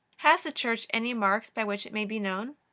has the church any marks by which it may be known?